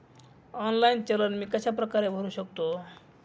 Online challan मी कशाप्रकारे भरु शकतो?